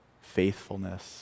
faithfulness